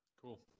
cool